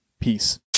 Peace